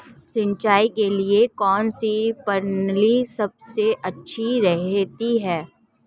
सिंचाई के लिए कौनसी प्रणाली सबसे अच्छी रहती है?